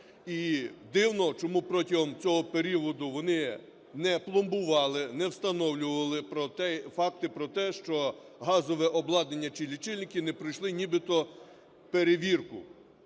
і дивно, чому протягом цього періоду вони не пломбували, не встановлювали факти про те, що газове обладнання чи лічильники не пройшли нібито перевірку,